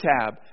tab